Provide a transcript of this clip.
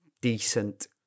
decent